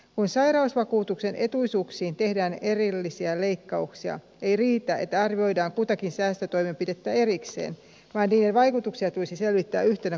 kun sairausvakuutuksen etuisuuksiin tehdään erillisiä leikkauksia ei riitä että arvioidaan kutakin säästötoimenpidettä erikseen vaan niiden vaikutuksia tulisi selvittää yhtenä kokonaisuutena